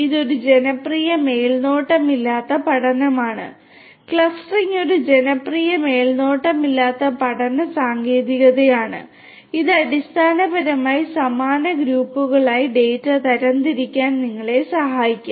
ഇത് ഒരു ജനപ്രിയ മേൽനോട്ടമില്ലാത്ത പഠനമാണ് ക്ലസ്റ്ററിംഗ് ഒരു ജനപ്രിയ മേൽനോട്ടമില്ലാത്ത പഠന സാങ്കേതികതയാണ് ഇത് അടിസ്ഥാനപരമായി സമാന ഗ്രൂപ്പുകളായി ഡാറ്റ തരംതിരിക്കാൻ നിങ്ങളെ സഹായിക്കും